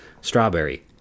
Strawberry